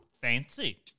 Fancy